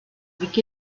avec